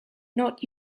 not